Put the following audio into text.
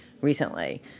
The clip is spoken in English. recently